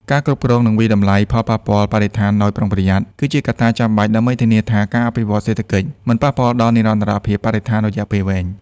ការគ្រប់គ្រង និងវាយតម្លៃផលប៉ះពាល់បរិស្ថានដោយប្រុងប្រយ័ត្ន គឺជាកត្តាចាំបាច់ដើម្បីធានាថាការអភិវឌ្ឍន៍សេដ្ឋកិច្ចមិនប៉ះពាល់ដល់និរន្តរភាពបរិស្ថានរយៈពេលវែង។